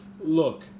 Look